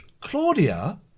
Claudia